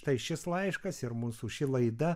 tai šis laiškas ir mūsų ši laida